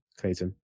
Clayton